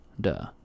Duh